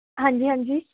ਹਾਂਜੀ ਹਾਂਜੀ